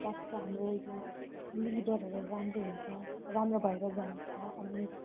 पच्छ हाम्रो यो लिभरहरू राम्रो हुन्छ राम्रो भएर जान्छ अनि